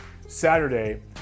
Saturday